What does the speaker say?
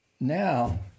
now